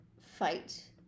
fight